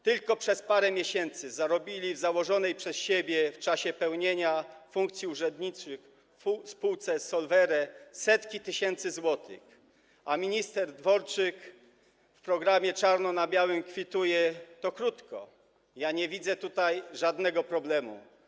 Tylko przez parę miesięcy zarobili w założonej przez siebie w czasie pełnienia funkcji urzędniczych spółce Solvere setki tysięcy złotych, a minister Dworczyk w programie „Czarno na białym” kwituje to krótko: Ja nie widzę tutaj żadnego problemu.